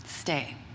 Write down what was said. Stay